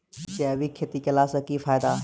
जैविक खेती केला सऽ की फायदा?